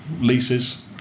leases